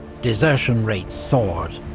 desertion rates soared.